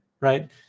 Right